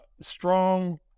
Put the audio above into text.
strong